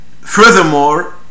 Furthermore